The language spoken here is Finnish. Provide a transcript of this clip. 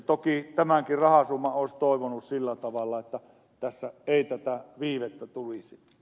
toki tämänkin rahasumman olisi toivonut sillä tavalla että tässä ei tätä viivettä tulisi